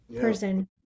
person